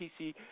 PC